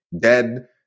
dead